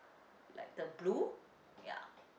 like the blue ya